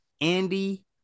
Andy